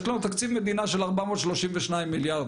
יש לנו תקציב מדינה של 432 מיליארד,